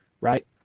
right